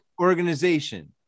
organization